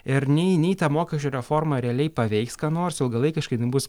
ir nei nei ta mokesčių reforma realiai paveiks ką nors ilgalaikiškai jinai bus